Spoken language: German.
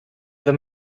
wenn